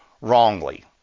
wrongly